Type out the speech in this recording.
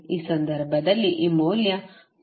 ಆ ಸಂದರ್ಭದಲ್ಲಿ ಈ ಮೌಲ್ಯ cos v i 1